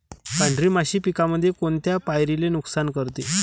पांढरी माशी पिकामंदी कोनत्या पायरीले नुकसान करते?